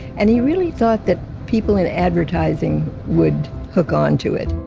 and he really thought that people in advertising would hook onto it